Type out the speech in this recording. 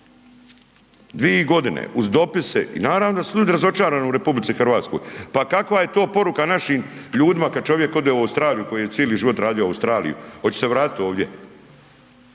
Dvi godine uz dopise. I naravno da su ljudi razočarani u RH. Pa kakva je to poruka našim ljudima kada čovjek ode u Australiju koji je cili život radio u Australiji hoće se vratiti ovdje.